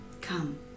come